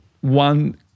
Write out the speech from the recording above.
one